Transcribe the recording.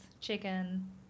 chicken